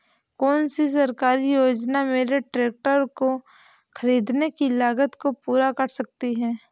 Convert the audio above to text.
कौन सी सरकारी योजना मेरे ट्रैक्टर को ख़रीदने की लागत को पूरा कर सकती है?